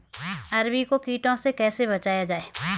अरबी को कीटों से कैसे बचाया जाए?